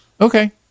Okay